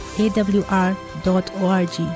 awr.org